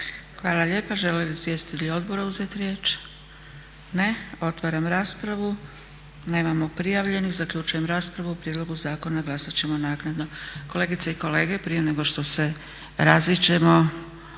Hvala lijepa. Žele li izvjestitelji odbora uzeti riječ? Ne. Otvaram raspravu. Nemamo prijavljenih. Zaključujem raspravu. O prijedlogu zakona glasat ćemo naknadno. Kolegice i kolege prije nego što se raziđemo